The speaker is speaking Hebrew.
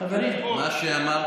חברים, תנו לו להשלים, מה?